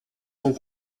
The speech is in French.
sont